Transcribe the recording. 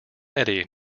eddy